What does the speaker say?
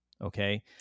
okay